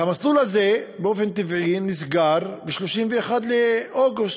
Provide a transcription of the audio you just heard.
והמסלול הזה, באופן טבעי, נסגר ב-31 באוגוסט,